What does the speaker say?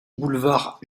boulevard